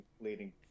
leading